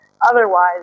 Otherwise